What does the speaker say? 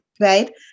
right